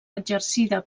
exercida